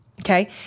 Okay